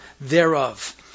thereof